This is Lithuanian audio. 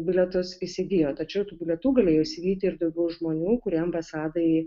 bilietus įsigijo tačiau tų bilietų galėjo įsigyti ir daugiau žmonių kurie ambasadai